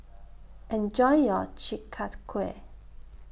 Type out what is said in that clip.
Enjoy your Chi Kak Kuih